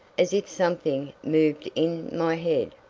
as if something moved in my head.